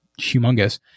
humongous